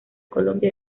colombia